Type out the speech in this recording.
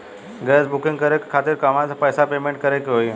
Gas booking करे के खातिर कहवा से पैसा पेमेंट करे के होई?